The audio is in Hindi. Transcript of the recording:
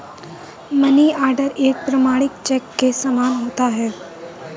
मनीआर्डर एक प्रमाणिक चेक के समान होता है